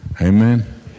Amen